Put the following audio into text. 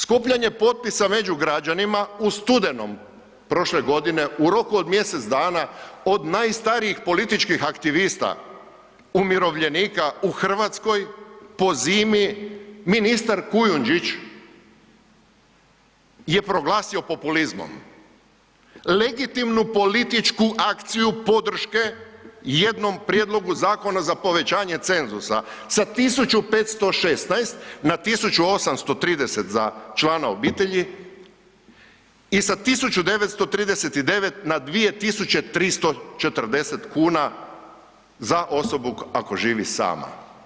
Skupljanje potpisa među građanima u studenom prošle godine u roku od mjesec dana, od najstarijih političkih aktivista, umirovljenika u Hrvatskoj po zimi ministar Kujundžić je proglasio populizmom, legitimnu političku akciju podrške jednom prijedlogu zakona za povećanje cenzusa, sa 1.516 na 1.830 za člana obitelji i sa 1.939 na 2.340 kuna za osobu ako živi sama.